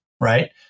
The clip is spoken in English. right